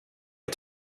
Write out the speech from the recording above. jag